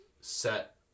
set